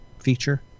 feature